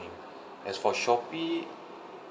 as for shopee